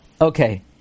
Okay